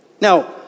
Now